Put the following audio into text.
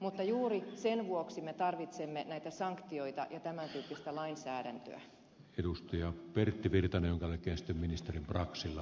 mutta juuri sen vuoksi me tarvitsemme näitä sanktioita ja tämän tyyppistä lainsäädäntöä edustaja pertti virtanen on kaikesta ministeri braxille